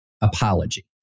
apology